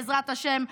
בעזרת השם,